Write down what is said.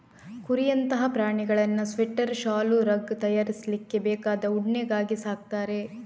ಕುರಿಯಂತಹ ಪ್ರಾಣಿಗಳನ್ನ ಸ್ವೆಟರ್, ಶಾಲು, ರಗ್ ತಯಾರಿಸ್ಲಿಕ್ಕೆ ಬೇಕಾದ ಉಣ್ಣೆಗಾಗಿ ಸಾಕ್ತಾರೆ